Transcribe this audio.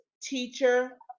teacher